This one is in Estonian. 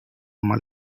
oma